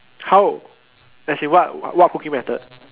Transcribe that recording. how as in what what cooking method